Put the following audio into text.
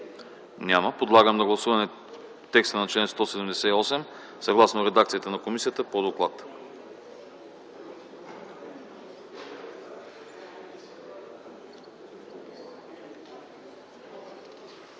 Няма. Подлагам на гласуване текста на чл. 192 съгласно редакцията на комисията по доклад.